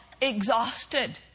Exhausted